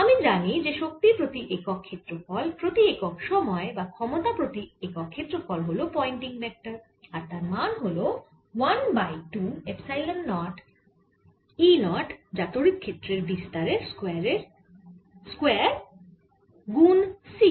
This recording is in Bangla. আমি জানি যে শক্তি প্রতি একক ক্ষেত্রফল প্রতি একক সময় বা ক্ষমতা প্রতি একক ক্ষেত্রফল হল পয়েন্টিং ভেক্টর আর তার মান হল 1বাই 2 এপসাইলন 0 E 0 যা তড়িৎ ক্ষেত্রের বিস্তার এর স্কয়ার গুন c